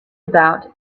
about